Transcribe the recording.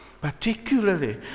particularly